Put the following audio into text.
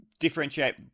differentiate